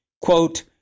Quote